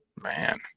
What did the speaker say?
Man